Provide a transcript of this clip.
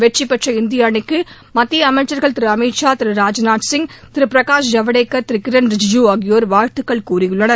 வெற்றிபெற்ற இந்திய அணிக்கு மத்திய அமைச்சா்கள் திரு அமித் ஷா திரு ராஜ்நாத் சிங் திரு பிரகாஷ் ஜவ்டேக்கர் திரு கிரண் ரிஜிஜூ ஆகியோர் வாழ்த்துக்கள் தெரிவித்துள்ளன்